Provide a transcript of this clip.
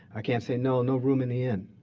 i can't say, no, no room in the inn.